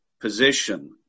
position